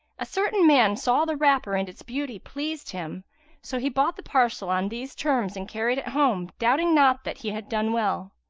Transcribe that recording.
a certain man saw the wrapper and its beauty pleased him so he bought the parcel on these terms and carried it home, doubting not that he had done well.